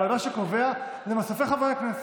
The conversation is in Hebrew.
אבל מה שקובע זה מסופי חברי הכנסת.